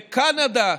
לקנדה,